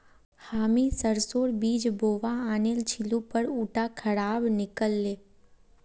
हामी सरसोर बीज बोवा आनिल छिनु पर उटा खराब निकल ले